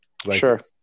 Sure